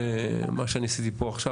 מה שאני עשיתי פה עכשיו,